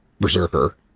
berserker